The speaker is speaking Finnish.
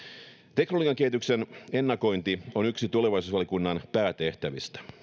teknologian kehityksen ennakointi on yksi tulevaisuusvaliokunnan päätehtävistä